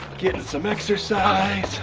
gettin' some exercise.